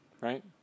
right